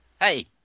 Hey